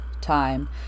time